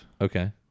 okay